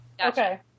Okay